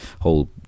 whole